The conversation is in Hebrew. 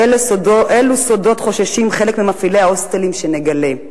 אילו סודות חוששים חלק ממפעילי ההוסטלים שנגלה?